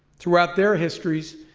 throughout their histories,